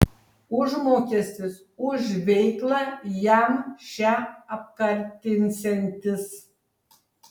užmokestis už veiklą jam šią apkartinsiantis